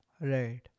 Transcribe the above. right